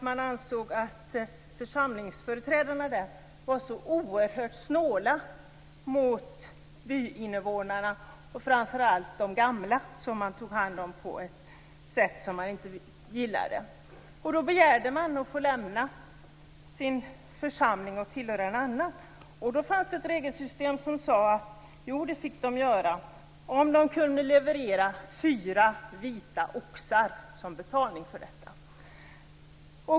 Man ansåg att församlingsföreträdarna var så oerhört snåla mot byinnevånarna och framför allt mot de gamla, som togs om hand på ett sätt som man inte gillade. Man begärde därför att få lämna sin församling för att ansluta sig till en annan. Det fanns då ett regelsystem som medgav detta, om man kunde leverera fyra vita oxar som betalning.